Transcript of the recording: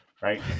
right